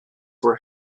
were